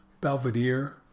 Belvedere